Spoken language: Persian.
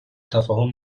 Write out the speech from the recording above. تفاهم